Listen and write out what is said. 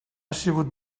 sigut